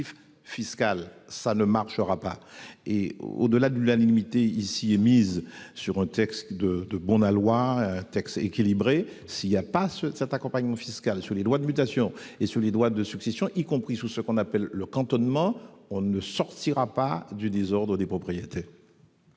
fiscal, cela ne marchera pas. Au-delà de l'unanimité émise sur un texte de bon aloi et équilibré, sans cet accompagnement fiscal sur les droits de mutation et sur les droits de succession, y compris ce que l'on appelle le cantonnement, on ne sortira pas du désordre des propriétés.